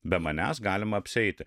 be manęs galima apsieiti